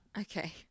Okay